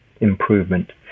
improvement